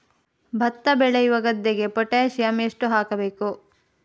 ಭತ್ತ ಬೆಳೆಯುವ ಗದ್ದೆಗೆ ಪೊಟ್ಯಾಸಿಯಂ ಎಷ್ಟು ಹಾಕಬೇಕು?